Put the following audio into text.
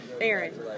Aaron